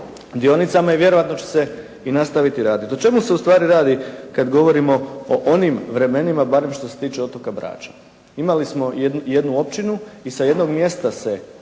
i vjerojatno će se i nastaviti raditi. O čemu se u stvari radi kada govorimo o onim vremenima barem što se tiče otoka Brača. Imali smo jednu općinu i sa jednog mjesta se,